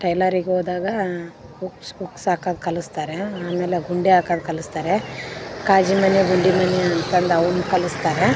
ಟೈಲರಿಗೋದಾಗ hooks hooks ಹಾಕೋದ್ ಕಲಿಸ್ತಾರೆ ಆಮೇಲೆ ಗುಂಡಿ ಹಾಕೋದು ಕಲಿಸ್ತಾರೆ ಕಾಜಿಮಣಿ ಗುಂಡಿಮಣಿ ಅಂನ್ಕೊಂಡು ಅವುನ್ನು ಕಲಿಸ್ತಾರೆ